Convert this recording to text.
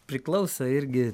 priklauso irgi